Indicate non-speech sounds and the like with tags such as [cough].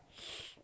[noise]